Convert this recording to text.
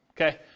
okay